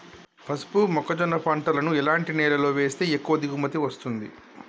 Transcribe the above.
పసుపు మొక్క జొన్న పంటలను ఎలాంటి నేలలో వేస్తే ఎక్కువ దిగుమతి వస్తుంది?